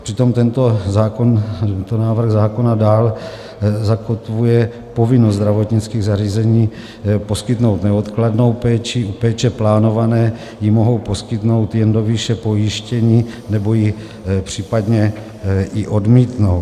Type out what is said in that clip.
Přitom tento návrh zákona dále zakotvuje povinnost zdravotnických zařízení poskytnout neodkladnou péči, u péče plánované ji mohou poskytnout jen do výše pojištění, nebo ji případně i odmítnout.